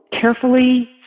carefully